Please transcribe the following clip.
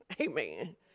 Amen